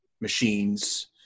machines